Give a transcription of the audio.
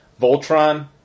Voltron